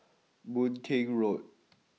Boon Keng Road